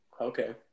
Okay